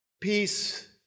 Peace